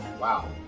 wow